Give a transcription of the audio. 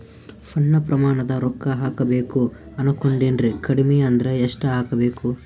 ಸಣ್ಣ ಪ್ರಮಾಣದ ರೊಕ್ಕ ಹಾಕಬೇಕು ಅನಕೊಂಡಿನ್ರಿ ಕಡಿಮಿ ಅಂದ್ರ ಎಷ್ಟ ಹಾಕಬೇಕು?